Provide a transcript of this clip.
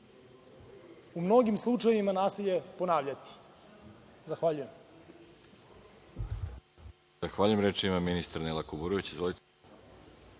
u mnogim slučajevima nasilje ponavljati. Zahvaljujem.